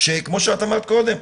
שכמו שאמרת קודם,